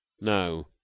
no